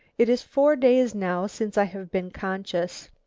it is four days now since i have been conscious.